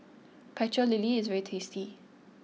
Pecel Lele is very tasty